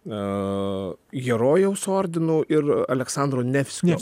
a herojaus ordinu ir aleksandro nevskio